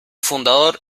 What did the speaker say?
fundador